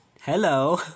Hello